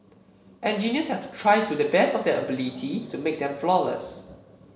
engineers have to try to the best of their ability to make them flawless